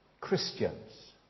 Christians